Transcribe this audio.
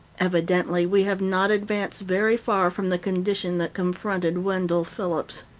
evidently we have not advanced very far from the condition that confronted wendell phillips.